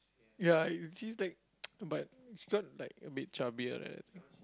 ya she's like but she got like a bit chubbier like that